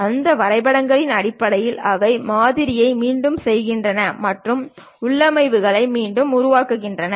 அந்த வரைபடங்களின் அடிப்படையில் அவை மாதிரியை மீண்டும் செய்கின்றன மற்றும் உள்ளமைவுகளை மீண்டும் உருவாக்குகின்றன